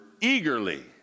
eagerly